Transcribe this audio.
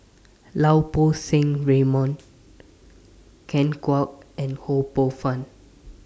Lau Poo Seng Raymond Ken Kwek and Ho Poh Fun